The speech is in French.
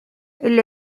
elle